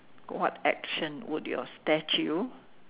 what action would your statue